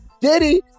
Diddy